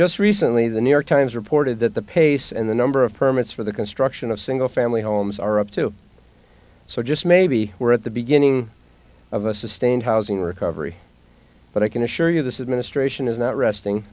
just recently the new york times reported that the pace and the number of permits for the construction of single family homes are up to so just maybe we're at the beginning of a sustained housing recovery but i can assure you this administration is not resting